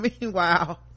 meanwhile